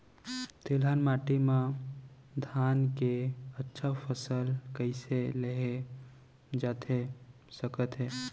तिलहन माटी मा धान के अच्छा फसल कइसे लेहे जाथे सकत हे?